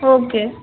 okay